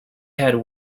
had